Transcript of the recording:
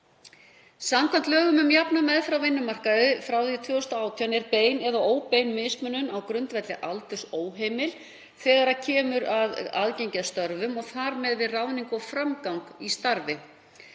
Samkvæmt lögum um jafna meðferð á vinnumarkaði, nr. 86/2018, er bein eða óbein mismunun á grundvelli aldurs óheimil þegar kemur að aðgengi að störfum og þar með við ráðningar og framgang í starfi.